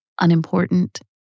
unimportant